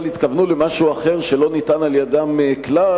התכוונו למשהו אחר שלא נטען על-ידם כלל.